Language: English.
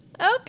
Okay